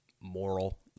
moral